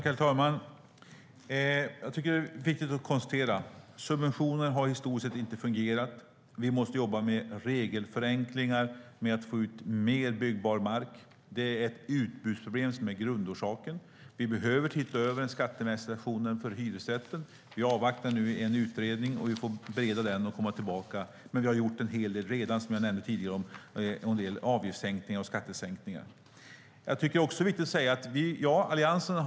Herr talman! Det är viktigt att konstatera att subventioner i stort sett inte har fungerat. Vi måste jobba med regelförenklingar och med att få ut mer byggbar mark - det är ett utbudsproblem som är grundorsaken. Vi behöver se över den skattemässiga situationen för hyresrätter. Vi avvaktar nu en utredning, och vi får bereda den och komma tillbaka. Vi har dock, som jag nämnde tidigare, redan gjort en hel del när det gäller avgiftssänkningar och skattesänkningar. Ja, Alliansen har suttit vid regeringsmakten i drygt sju år.